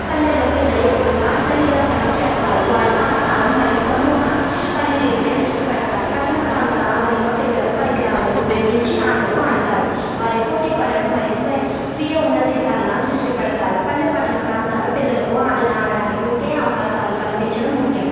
పల్లెల్లో పిల్లలు ఎక్కువగా శరీర శ్రమ చేస్తారు వారి సహకారం మరియు సమూహం పనితీరుపై దృష్టి పెడతారు పట్టణ ప్రాంతాల ఆధునిక పిల్లలు పరికరాలను ఉపయోగించి ఆటలు ఆడతారు వారి పోటీ పడడం మరి స్వయ స్వీయ ఉన్నతీకరణ దృష్టి పెడతారు పల్లె పట్టణ ప్రాంతాల పిల్లలకు ఆటలాడటానికి ఒకే అవకాశాలు కల్పించడం ముఖ్యం